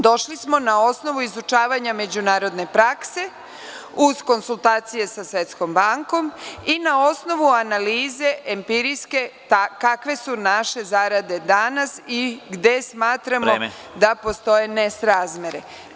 Došli smo na osnovu izučavanja međunarodne prakse, uz konsultacije sa Svetskom bankom i na osnovu empirijske analize kakve su naše zarade danas i gde smatramo da postoje nesrazmere.